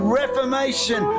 reformation